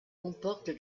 comporte